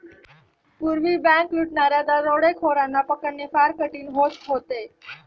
पूर्वी बँक लुटणाऱ्या दरोडेखोरांना पकडणे फार कठीण होत होते